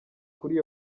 kuri